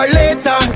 later